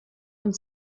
und